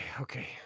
Okay